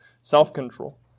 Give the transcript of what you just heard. self-control